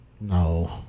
No